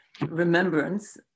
remembrance